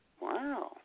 Wow